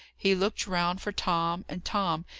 he looked round for tom and tom,